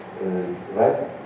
right